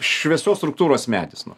šviesios struktūros medis nu